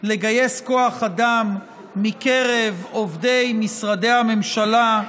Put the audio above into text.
לגייס כוח אדם מקרב עובדי משרדי הממשלה,